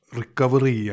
recovery